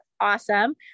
awesome